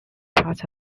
part